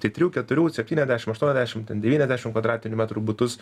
tai trijų keturių septyniasdešimt aštuoniasdešimt ten devyniasdešimt kvadratinių metrų butus